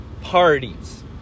parties